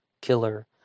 killer